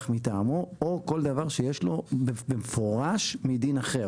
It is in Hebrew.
מטעמו או כל דבר שיש לו במפורש מדין אחר,